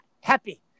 happy